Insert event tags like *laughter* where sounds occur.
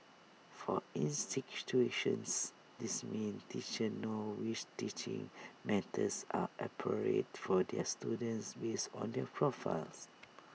for *unintelligible* this means teachers know which teaching methods are appropriate for their students based on their profiles